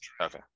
Okay